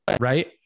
right